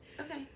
okay